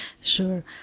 Sure